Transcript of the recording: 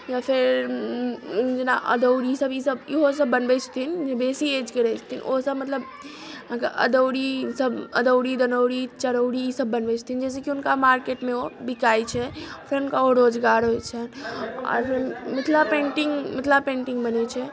या फेर जेना अदौरी सब ईसब ईहो सब बनबै छथिन जे बेसी एज के रहै छथिन ओ सब मतलब अहाँके अदौरी ईसब अदौरी दनौरी चरौरी ईसब बनबै छथिन जाहिसँ की हुनका मार्केट मे ओ बिकाइ छै फेर हुनका ओ रोजगार होइ छनि आर फेर मिथिला पेन्टिंग मिथिला पेन्टिंग बनै छै